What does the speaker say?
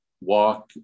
Walk